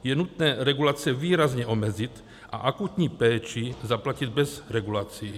Je nutné regulace výrazně omezit a akutní péči zaplatit bez regulací.